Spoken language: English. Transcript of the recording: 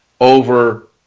over